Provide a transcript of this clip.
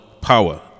Power